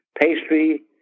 pastry